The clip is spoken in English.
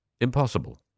impossible